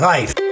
Life